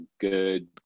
good